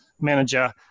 manager